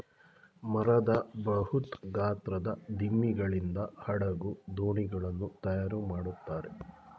ಮರದ ಬೃಹತ್ ಗಾತ್ರದ ದಿಮ್ಮಿಗಳಿಂದ ಹಡಗು, ದೋಣಿಗಳನ್ನು ತಯಾರು ಮಾಡುತ್ತಾರೆ